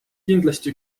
kindlasti